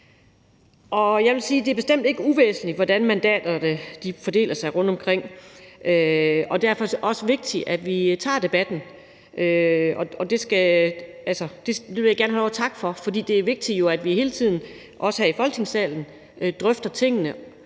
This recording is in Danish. at det bestemt ikke er uvæsentligt, hvordan mandaterne fordeler sig rundtomkring, og derfor er det også vigtigt, at vi tager debatten, og det vil jeg gerne have lov at takke for. For det er jo vigtigt, at vi hele tiden – også